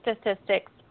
statistics